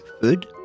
food